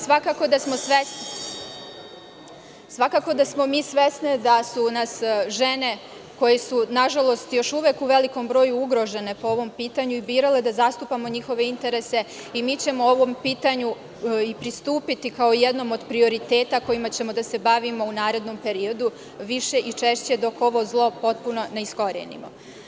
Svakako smo svesne da su nas žene koje su, nažalost, još uvek u velikom broju ugrožene po ovom pitanju birale da zastupamo njihove interese i mi ćemo ovom pitanju i pristupiti kao jednom od prioriteta kojim ćemo da se bavimo u narednom periodu više i češće, dok ovo zlo potpuno ne iskorenimo.